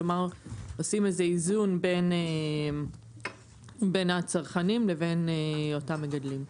כלומר עושים איזה איזון בין הצרכנים לבין אותם מגדלים.